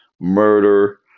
murder